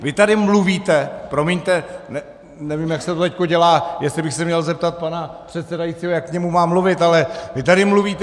Vy tady mluvíte promiňte, nevím, jak se to teď dělá, jestli bych se měl zeptat pana předsedajícího, jak k němu mám mluvit, ale vy tady mluvíte